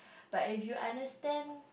but if you understand